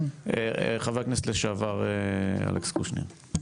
חבר הכנסת לשעבר אלכס קושניר.